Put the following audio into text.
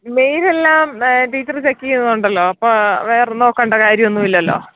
മെയിലെല്ലാം teacher check ചെയ്യുന്നുണ്ടല്ലൊ അപ്പോൾ വേറെ നോക്കണ്ട കാര്യം ഒന്നും ഇല്ലല്ലൊ